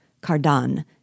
Cardan